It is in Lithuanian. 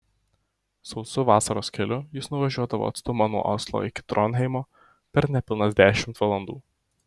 sausu vasaros keliu jis nuvažiuodavo atstumą nuo oslo iki tronheimo per nepilnas dešimt valandų